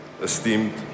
Esteemed